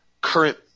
current